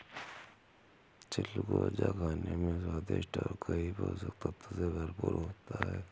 चिलगोजा खाने में स्वादिष्ट और कई पोषक तत्व से भरपूर होता है